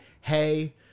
Hey